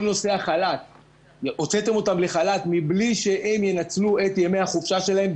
כל הנושא החל"ת; הוצאתם אותם לחל"ת בלי שהם ינצלו את ימי החופשה שלהם.